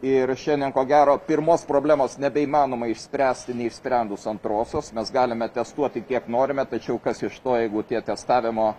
ir šiandien ko gero pirmos problemos nebeįmanoma išspręsti neišsprendus antrosios mes galime testuoti kiek norime tačiau kas iš to jeigu tie testavimo